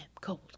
cold